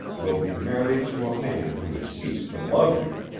will be married to a man who has ceased to love you.